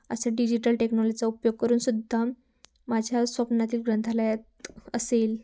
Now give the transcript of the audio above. अशा डिजिटल टेक्नॉलॉजचा उपयोग करून सुद्धा माझ्या स्वप्नातील ग्रंथालयात असेल